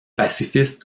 pacifiste